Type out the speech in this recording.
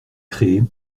créé